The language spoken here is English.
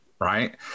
right